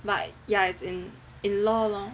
but yeah it's in in law lor